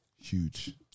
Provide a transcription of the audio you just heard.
Huge